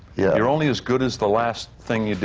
yeah you're only as good as the last thing you did.